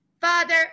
Father